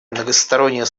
многостороннее